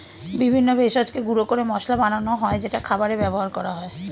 বিভিন্ন ভেষজকে গুঁড়ো করে মশলা বানানো হয় যেটা খাবারে ব্যবহার করা হয়